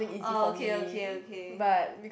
oh okay okay okay